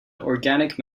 organic